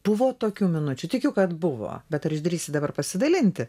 buvo tokių minučių tikiu kad buvo bet ar išdrįsi dabar pasidalinti